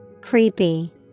Creepy